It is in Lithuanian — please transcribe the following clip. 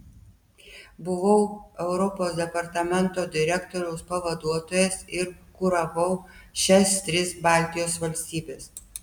buvau europos departamento direktoriaus pavaduotojas ir kuravau šias tris baltijos valstybes